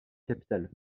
capitale